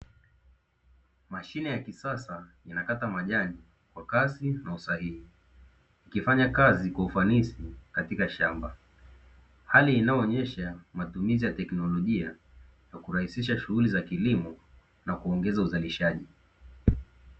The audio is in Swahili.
Mashine ya kisasa inakata majani kwa kasi na usahihi ikifanya kazi kwa ufanisi katika shamba, hali inayoonyesha matumizi ya teknolojia ya kurahisisha shughuli za kilimo na kuongeza uzalishaji.